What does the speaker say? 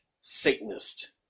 Satanist